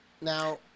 Now